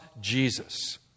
Jesus